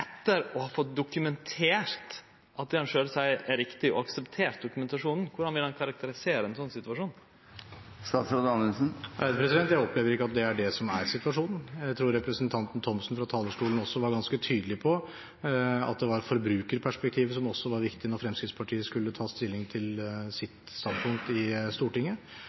etter å ha fått dokumentert at det han sjølv seier, er riktig og akseptert dokumentasjon, korleis vil han karakterisere ein sånn situasjon? Jeg opplever ikke at det er det som er situasjonen. Jeg tror representanten Thomsen fra talerstolen var ganske tydelig på at forbrukerperspektivet også var viktig når Fremskrittspartiet skulle ta stilling til sitt standpunkt i Stortinget,